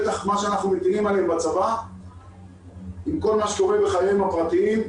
עם כל מה שקורה בחייהם הפרטיים,